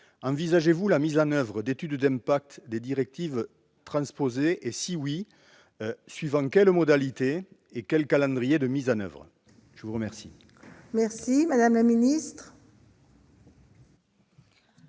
envisagez-vous la mise en oeuvre d'études d'impact des directives transposées et, si oui, suivant quelles modalités et quel calendrier de mise en oeuvre ? La parole est à Mme la secrétaire